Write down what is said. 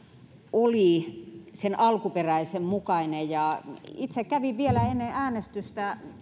oli sen alkuperäisen mukainen ja itse kävin vielä ennen äänestystä